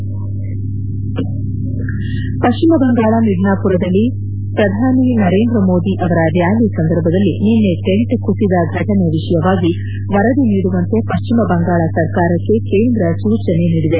head ಪಶ್ಚಿಮ ಬಂಗಾಳ ಮಿಡ್ನಾಪುರದಲ್ಲಿ ಪ್ರಧಾನಿ ನರೇಂದ್ರ ಮೋದಿಯವರ ರ್ನಾಲಿ ಸಂದರ್ಭದಲ್ಲಿ ನಿನ್ನೆ ಟೆಂಟ್ ಕುಸಿದ ಫಟನೆ ವಿಷಯವಾಗಿ ವರದಿ ನೀಡುವಂತೆ ಪಶ್ಚಿಮ ಬಂಗಾಳ ಸರ್ಕಾರಕ್ಕೆ ಕೇಂದ್ರ ಸೂಚನೆ ನೀಡಿದೆ